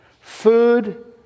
Food